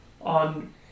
on